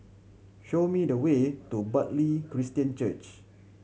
show me the way to Bartley Christian Church